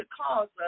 cause